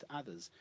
others